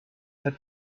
had